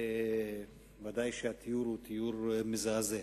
וודאי שהתיאור הוא תיאור מזעזע.